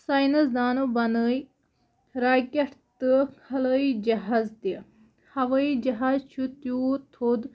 science دانو بَنٲے rocket تہٕ کھلٲیی جَہازٕ تہِ ہَوٲیی جَہازٕ چھُ تیوٗت تھوٚد